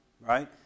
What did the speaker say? right